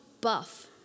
buff